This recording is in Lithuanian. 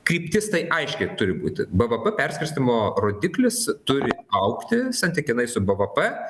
kryptis tai aiškiai turi būti bvp perskirstymo rodiklis turi augti santykinai su bvp